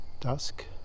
dusk